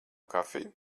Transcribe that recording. kafiju